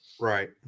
right